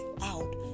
out